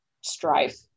strife